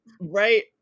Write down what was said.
Right